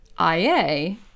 IA